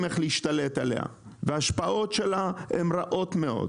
איך להשתלט עליה ועל ההשפעות שלה שהן רעות מאוד.